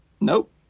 Nope